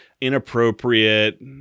inappropriate